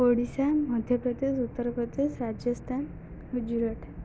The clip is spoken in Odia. ଓଡ଼ିଶା ମଧ୍ୟପ୍ରଦେଶ ଉତ୍ତରପ୍ରଦେଶ ରାଜସ୍ଥାନ ଗୁଜୁରାଟ